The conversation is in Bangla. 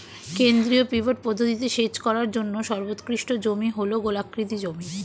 কেন্দ্রীয় পিভট পদ্ধতিতে সেচ করার জন্য সর্বোৎকৃষ্ট জমি হল গোলাকৃতি জমি